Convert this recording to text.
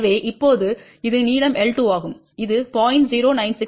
எனவே இப்போது இது நீளம் L2 ஆகும் இது 0